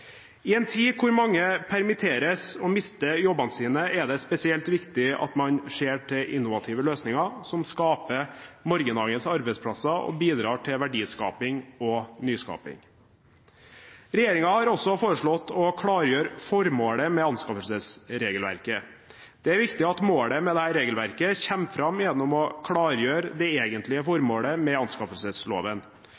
I en tid hvor mange permitteres og mister jobbene sine, er det spesielt viktig at man ser til innovative løsninger som skaper morgendagens arbeidsplasser og bidrar til verdiskaping og nyskaping. Regjeringen har også foreslått å klargjøre formålet med anskaffelsesregelverket. Det er viktig at målet med dette regelverket kommer fram gjennom å klargjøre det egentlige formålet med anskaffelsesloven. Derfor er jeg glad for